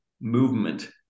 movement